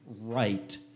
right